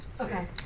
Okay